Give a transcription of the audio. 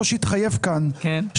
אתם